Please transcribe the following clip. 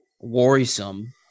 worrisome